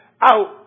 out